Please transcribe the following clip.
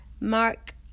mark